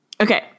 Okay